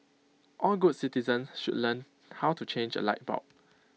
all good citizens should learn how to change A light bulb